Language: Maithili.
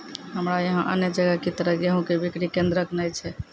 हमरा यहाँ अन्य जगह की तरह गेहूँ के बिक्री केन्द्रऽक नैय छैय?